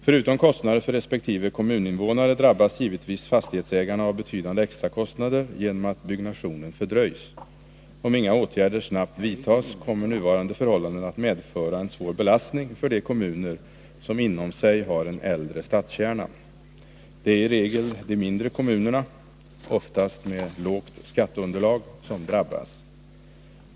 Förutom att det uppstår kostnader för kommuninvånarna drabbas givetvis actighetsägarna av betydande extrakostnader genom att byggnationen fördröjs. Om inga åtgärder snabbt vidtas, kommer nuvarande förhållanden att medföra en svår belastning för de kommuner som inom sig har en äldre stadskärna. Det är i regel de mindre kommunerna, oftast med lågt skatteunderlag, som drabbas.